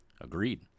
Agreed